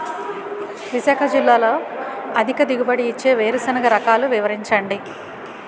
విశాఖ జిల్లాలో అధిక దిగుమతి ఇచ్చే వేరుసెనగ రకాలు వివరించండి?